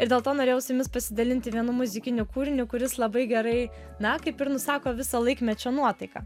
ir dėl to norėjau su jumis pasidalinti vienu muzikiniu kūriniu kuris labai gerai na kaip ir nusako visą laikmečio nuotaiką